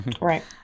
right